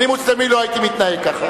אני כמוסלמי לא הייתי מתנהג ככה.